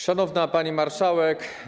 Szanowna Pani Marszałek!